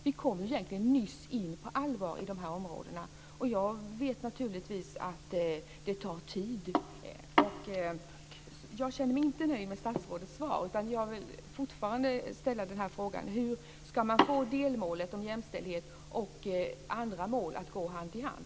Vi kom nyss in på allvar på dessa områden. Jag vet att det tar tid. Jag känner mig inte nöjd med statsrådets svar. Jag vill fortfarande fråga hur man ska få delmålet om jämställdhet och andra mål att gå hand i hand.